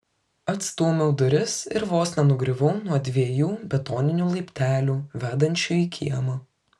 atstūmiau duris ir vos nenugriuvau nuo dviejų betoninių laiptelių vedančių į kiemą